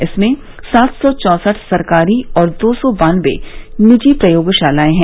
इसमें सात सौ चौसठ सरकारी और दो सौ बानवे निजी प्रयोगशालाएं हैं